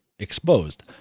Exposed